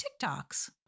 TikToks